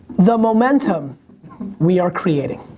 the momentum we are creating.